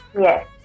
Yes